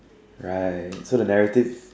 right so the narratives